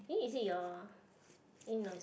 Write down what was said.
eh is it your eh no